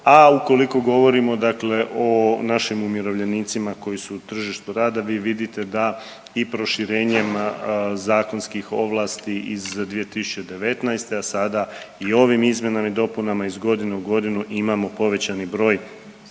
a ukoliko govorimo o našim umirovljenicima koji su u tržištu rada vi vidite da i proširenjem zakonskih ovlasti iz 2019., a sada i ovim izmjenama i dopunama iz godine u godinu imamo povećani broj